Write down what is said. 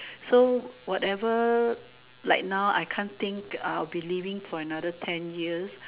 so whatever like now I cant think I'll be living for another ten years